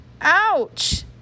Ouch